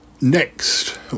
next